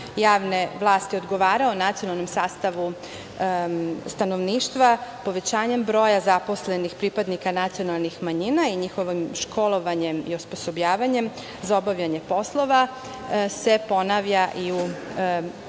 javne vlasti odgovarao nacionalnom sastavu stanovništva, povećanjem broja zaposlenih pripadnika nacionalnih manjina i njihovim školovanjem i osposobljavanjem za obavljanje poslova se ponavlja i u ovogodišnjem,